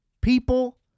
people